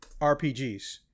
RPGs